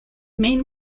main